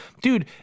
Dude